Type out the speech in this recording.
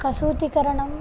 कसूतिकरणं